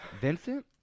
Vincent